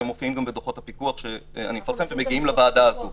ומופיעים בדוחות הפיקוח שאני מפרסם ומגיעים גם לוועדה הזאת.